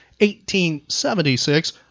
1876